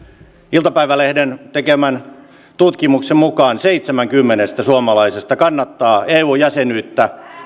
iltapäivälehden tekemän tutkimuksen mukaan seitsemän kymmenestä suomalaisesta kannattaa eu jäsenyyttä